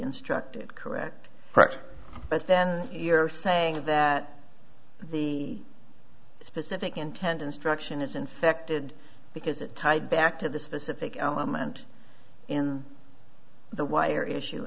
instructed correct correct but then you're saying that the specific intent instruction is infected because it tied back to the specific element in the wire issue